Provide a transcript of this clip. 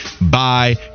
bye